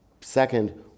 second